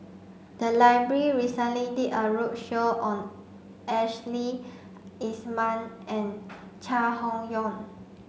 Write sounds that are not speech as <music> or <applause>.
the <unintelligible> recently did a roadshow on Ashley Isham and Chai Hon Yoong